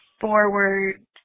forward